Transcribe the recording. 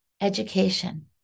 education